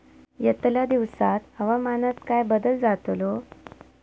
यतल्या दिवसात हवामानात काय बदल जातलो?